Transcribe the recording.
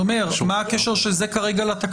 הרישוי.